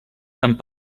amb